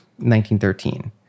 1913